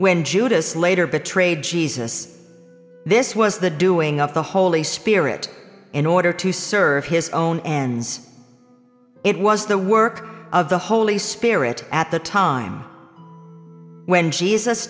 judas later betrayed jesus this was the doing of the holy spirit in order to serve his own ends it was the work of the holy spirit at the time when jesus